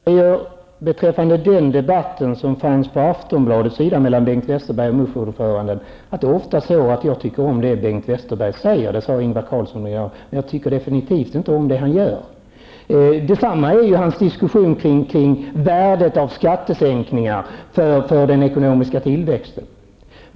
Herr talman! Beträffande den debatt som fanns i ordföranden vill jag säga att jag ofta tycker om det som Bengt Westerberg säger. Det sade också Ingvar Carlsson. Men jag tycker definitivt inte om det som han gör. Detsamma gäller hans diskussion kring värdet av skattesänkningar för den ekonomiska tillväxten.